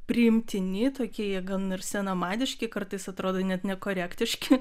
priimtini tokie jie gan ir senamadiški kartais atrodo net nekorektiški